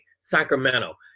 Sacramento